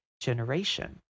generation